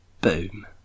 Boom